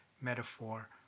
metaphor